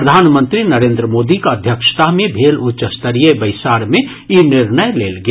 प्रधानमंत्री नरेन्द्र मोदीक अध्यक्षता मे भेल उच्चस्तरीय बैसार मे ई निर्णय लेल गेल